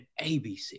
ABC